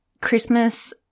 Christmas